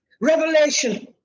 Revelation